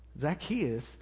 Zacchaeus